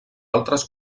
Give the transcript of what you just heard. altres